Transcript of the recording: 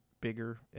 bigger